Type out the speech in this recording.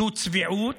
זו צביעות,